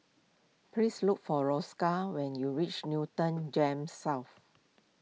please look for Roscoe when you reach Newton Gems South